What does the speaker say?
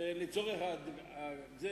לצורך העניין זה